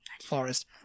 forest